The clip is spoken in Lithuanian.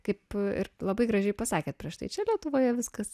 kaip ir labai gražiai pasakėt prieš tai čia lietuvoje viskas